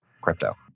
crypto